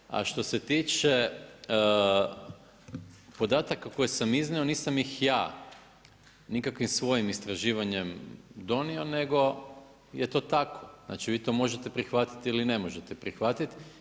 A što se tiče, što se tiče podataka koje sam iznio, nisam ih ja nikakvim svojim istraživanjem donio nego je to tako, znači vi to možete prihvatiti ili ne možete prihvatiti.